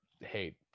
hate